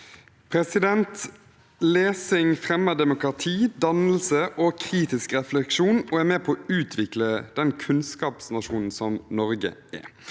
leder): Lesing fremmer demokrati, dannelse og kritisk refleksjon og er med på å utvikle den kunnskapsnasjonen Norge er.